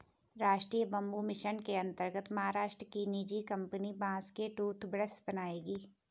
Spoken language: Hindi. राष्ट्रीय बंबू मिशन के अंतर्गत महाराष्ट्र की निजी कंपनी बांस से टूथब्रश बनाएगी